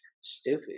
stupid